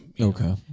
okay